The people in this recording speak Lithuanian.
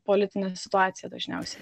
politinė situacija dažniausiai